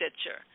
stitcher